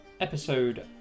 episode